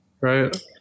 right